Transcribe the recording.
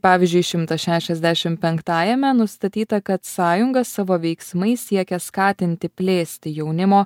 pavyzdžiui šimtas šešiasdešim penktajame nustatyta kad sąjunga savo veiksmais siekia skatinti plėsti jaunimo